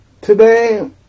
today